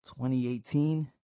2018